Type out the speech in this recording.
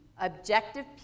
objective